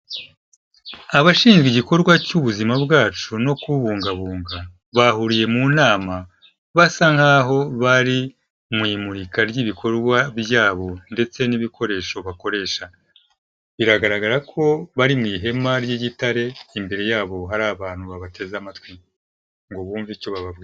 Abashinzwe igikorwa cy'ubuzima bwacu no kubungabunga, bahuriye mu nama basa nkaho bari mu imurika ry'ibikorwa byabo ndetse n'ibikoresho bakoresha, biragaragara ko bari mu ihema ry'igitare, imbere yabo hari abantu babateze amatwi ngo bumve icyo bababwira.